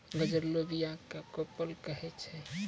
गजुरलो बीया क कोपल कहै छै